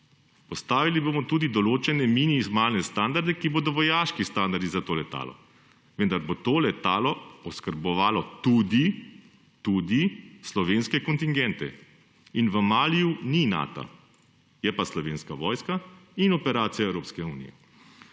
Postavili bomo tudi določene minimalne standarde, ki bodo vojaški standardi za to letalo. Vendar bo to letalo oskrbovalo tudi slovenske kontingente. V Maliju ni Nata, je pa Slovenska vojska in operacija Evropske unije.